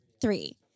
Three